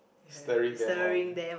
stirring them on